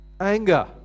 Anger